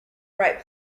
right